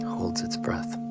holds its breath